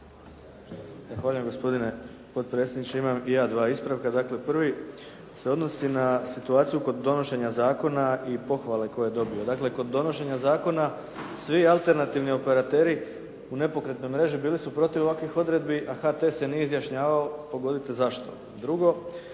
gospodine potpredsjedniče. Imam i ja dva ispravka. Dakle, prvi se odnosi na situaciju kod donošenja zakona i pohvale koje je dobio. Dakle, kod donošenja zakona svi alternativni operateri u nepokretnoj mreži bili su protiv ovakvih odredbi, a HT se nije izjašnjavao, pogodite zašto. Drugo,